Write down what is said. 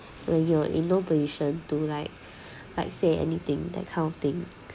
when you are in no position to like like say anything that kind of thing